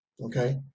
Okay